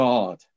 God